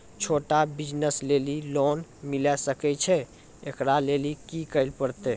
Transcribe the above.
छोटा बिज़नस लेली लोन मिले सकय छै? एकरा लेली की करै परतै